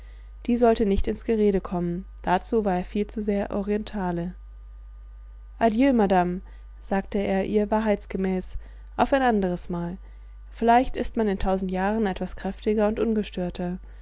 die sollte nicht ins gerede kommen dazu war er viel zu sehr orientale adieu madame sagte er ihr wahrheitsgemäß auf ein anderes mal vielleicht ist man in tausend jahren etwas kräftiger und ungestörter